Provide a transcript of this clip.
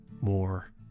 more